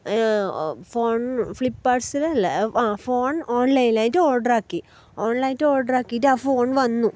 phone ഫ്ലിപ്പാട്സ്സിലില്ലേ ആ phone ഓൺലൈനിലായിട്ട് ഓർഡർ ആക്കി ഓൺലൈൻ ആയിട്ട് ഓർഡർ ആക്കിയിട്ട് ആ ഫോൺ വന്നു